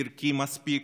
ערכי מספיק,